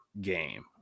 game